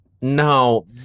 No